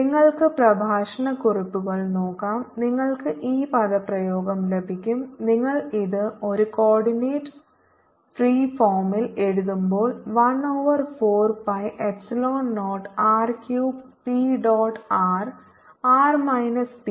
നിങ്ങൾക്ക് പ്രഭാഷണ കുറിപ്പുകൾ നോക്കാം നിങ്ങൾക്ക് ഈ പദപ്രയോഗം ലഭിക്കും നിങ്ങൾ ഇത് ഒരു കോർഡിനേറ്റ് ഫ്രീ ഫോമിൽ എഴുതുമ്പോൾ 1 over 4 pi epsilon naught r cube 3 p dot r r minus P